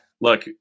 look